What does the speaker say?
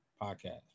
podcast